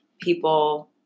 people